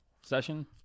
session